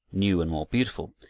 new and more beautiful,